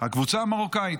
הקבוצה המרוקאית.